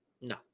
No